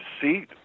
seat